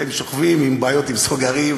והם שוכבים עם בעיות בסוגרים,